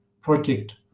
project